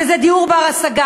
וזה דיור בר-השגה,